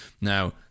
Now